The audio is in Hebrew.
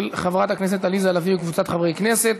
של חברת הכנסת עליזה לביא וקבוצת חברי הכנסת.